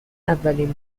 اولین